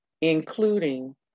including